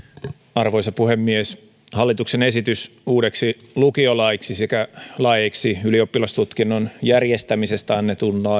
arvoisa puhemies hallituksen esitys uudeksi lukiolaiksi sekä laeiksi ylioppilastutkinnon järjestämisestä annetun